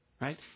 Right